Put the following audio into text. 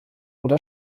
oder